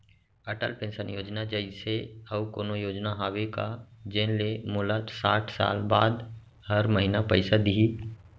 Atal pension योजना जइसे अऊ कोनो योजना हावे का जेन ले मोला साठ साल बाद हर महीना पइसा दिही?